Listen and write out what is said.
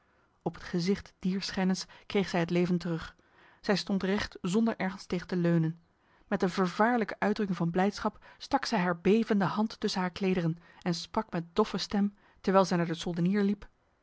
op het gezicht dier schennis kreeg zij het leven terug zij stond recht zonder ergens tegen te leunen met een vervaarlijke uitdrukking van blijdschap stak zij haar bevende hand tussen haar klederen en sprak met doffe stem terwijl zij naar de soldenier liep